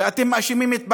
ואתם מאשימים את בג"ץ,